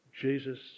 Jesus